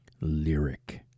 Lyric